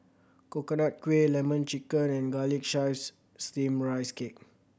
Coconut Kuih Lemon Chicken and Garlic Chives Steamed Rice Cake